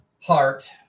heart